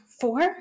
four